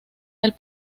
del